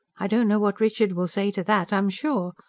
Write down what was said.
i don't know what richard will say to that, i'm sure.